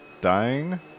dying